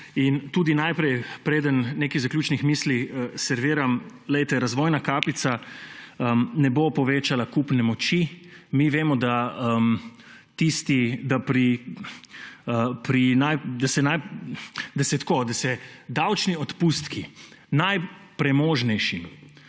Tudi najprej, preden nekaj zaključnih misli serviram. Razvojna kapica ne bo povečala kupne moči. Mi vemo, da se davčni odpustki najpremožnejšim,